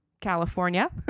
california